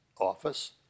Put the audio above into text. office